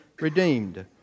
redeemed